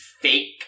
fake